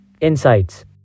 Insights